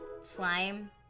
slime